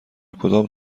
کدام